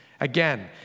Again